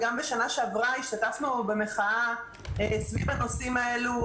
גם בשנה שעברה השתתפנו במחאה סביב הנושאים האלה.